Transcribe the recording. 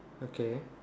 okay